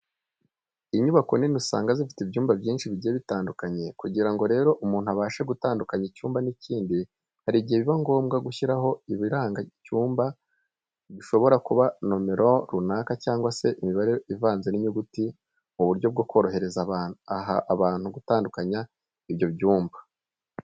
Inyubako nini usanga zifite ibyumba byinshi bigiye bitandukanye, kugira ngo rero umuntu abashe gutandukanya icyumba n'ikindi hari igihe biba ngombwa gushyiraho ibiranga icyumba bishobora kuba nomero runaka cyangwa se imibare ivanze n'inyuguti mu buryo bwo korohereza abantu gutandukanya ibyo byumba.